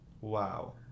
Wow